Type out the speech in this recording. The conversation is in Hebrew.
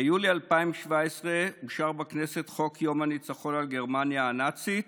ביולי 2017 אושר בכנסת חוק יום הניצחון על גרמניה הנאצית,